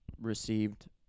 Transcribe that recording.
received